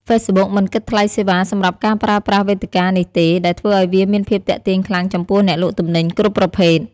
ហ្វេសប៊ុកមិនគិតថ្លៃសេវាសម្រាប់ការប្រើប្រាស់វេទិកានេះទេ ដែលធ្វើឱ្យវាមានភាពទាក់ទាញខ្លាំងចំពោះអ្នកលក់ទំនិញគ្រប់ប្រភេទ។